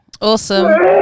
Awesome